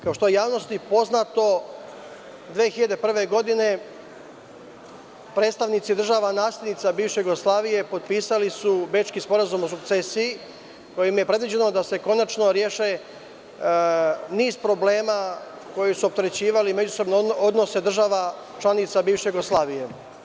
Kao što je javnosti poznato 2001. godine predstavnici država naslednice bivše Jugoslavije potpisali su Bečki sporazum o sukcesiji kojim je predviđeno da se konačno reše niz problema koji su opterećivali međusobne odnose država članica bivše Jugoslavije.